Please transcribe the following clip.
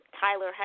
Tyler